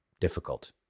difficult